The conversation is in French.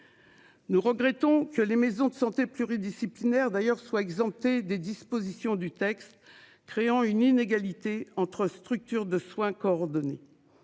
Nous regrettons que les maisons de santé pluridisciplinaires d'ailleurs soient exemptées des dispositions du texte créant une inégalité entre structures de soins coordonnés.